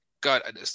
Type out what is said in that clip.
God